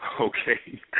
okay